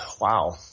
wow